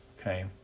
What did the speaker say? okay